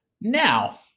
Now